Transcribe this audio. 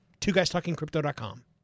twoguystalkingcrypto.com